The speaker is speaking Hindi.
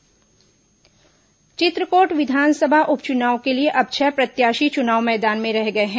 चित्रकोट उप चुनाव चित्रकोट विधानसभा उप चुनाव के लिए अब छह प्रत्याशी चुनाव मैदान में रह गए हैं